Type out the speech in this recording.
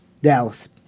Dallas